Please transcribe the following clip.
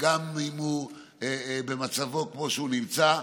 וגם אם הוא במצב כמו שהוא נמצא,